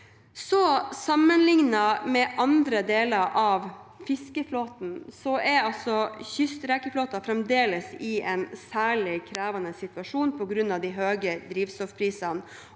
Sammenlignet med andre deler av fiskeflåten er altså kystrekeflåten fremdeles i en særlig krevende situasjon på grunn av de høye drivstoffprisene